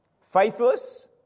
Faithless